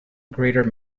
greater